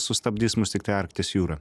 sustabdys mus tiktai arkties jūra